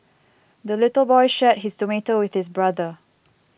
the little boy shared his tomato with his brother